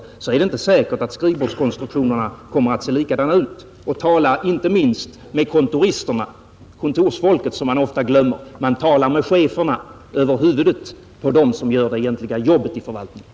Det är då inte säkert att skrivbordskonstruktionerna kommer att se likadana ut. Tala inte minst med kontorsfolket som man ofta glömmer! Man resonerar med cheferna över huvudet på dem som gör det egentliga jobbet i förvaltningen.